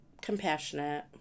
compassionate